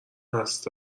هست